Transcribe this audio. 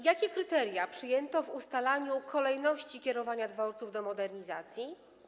Jakie kryteria przyjęto w ustalaniu kolejności kierowania dworców do modernizacji?